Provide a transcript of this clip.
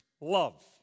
love